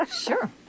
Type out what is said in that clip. Sure